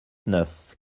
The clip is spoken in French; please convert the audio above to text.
neuf